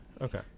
okay